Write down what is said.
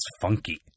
funky